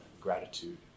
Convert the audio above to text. gratitude